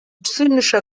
zynischer